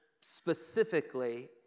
specifically